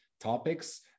topics